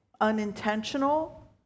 unintentional